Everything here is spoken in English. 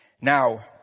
Now